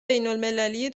بینالمللی